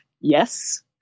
Yes